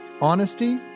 Honesty